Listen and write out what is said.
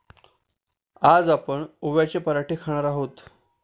आज आपण ओव्याचे पराठे खाणार आहोत